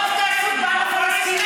מרוב שאתה עסוק בעם הפלסטיני,